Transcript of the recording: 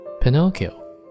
Pinocchio